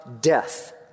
death